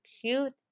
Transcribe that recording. cute